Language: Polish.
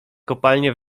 kopalnie